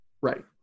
Right